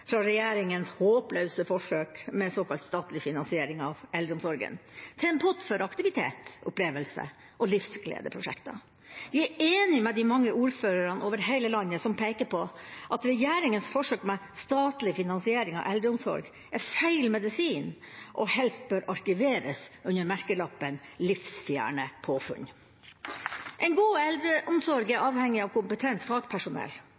fra regjeringas håpløse forsøk med såkalt statlig finansiering av eldreomsorgen til en pott for aktivitet, opplevelse og livsgledeprosjekter. Vi er enige med de mange ordførerne over heile landet som peker på at regjeringas forsøk med statlig finansiering av eldreomsorg er feil medisin og helst bør arkiveres under merkelappen «Livsfjerne påfunn». En god eldreomsorg er avhengig av kompetent fagpersonell.